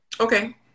okay